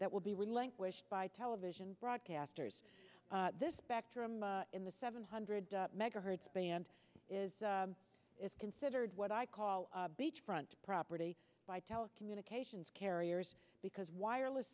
that will be relinquished by television broadcasters this spectrum in the seven hundred megahertz band is it's considered what i call beach front property by telecommunications carriers because wireless